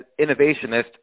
innovationist